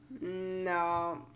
No